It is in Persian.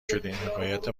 شدیم؟ حکایت